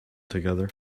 together